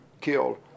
killed